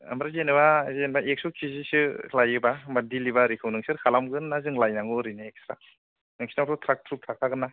ओमफ्राय जेन'बा जेन'बा एक्स' किजिसो लायोब्ला होमब्ला दिलिबारिखौ नोंसोर खालायगोन ना जों लायनांगौ ओरैनो इकस्थ्रा नोंसिनावथ' थ्राक थ्रुक थाखागोनना